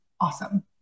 awesome